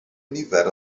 nifer